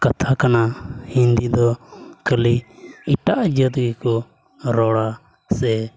ᱠᱟᱛᱷᱟ ᱠᱟᱱᱟ ᱦᱤᱱᱫᱤ ᱫᱚ ᱠᱷᱟᱹᱞᱤ ᱮᱴᱟᱜ ᱡᱟᱹᱛ ᱜᱮᱠᱚ ᱨᱚᱲᱟ ᱥᱮ